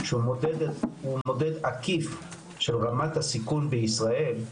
שהוא מודד עקיף של רמת הסיכון בישראל,